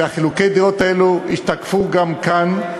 וחילוקי הדעות האלו השתקפו גם כאן.